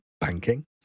banking